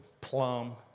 plum